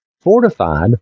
fortified